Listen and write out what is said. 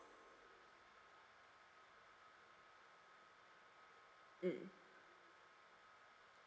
mm